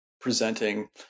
presenting